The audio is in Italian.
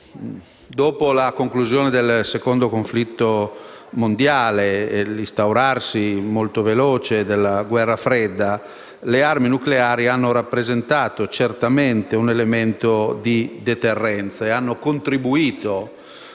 Dopo la conclusione del Secondo conflitto mondiale e l'instaurarsi molto veloce della guerra fredda, le armi nucleari hanno rappresentato certamente un elemento di deterrenza e hanno contribuito,